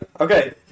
Okay